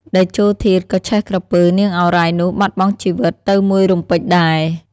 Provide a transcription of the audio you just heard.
តេជោធាតុក៏ឆេះក្រពើ នាងឱរ៉ៃ នោះបាត់បង់ជីវិត ទៅមួយរំពេចដែរ ។